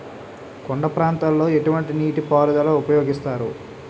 కొండ ప్రాంతాల్లో ఎటువంటి నీటి పారుదల ఉపయోగిస్తారు?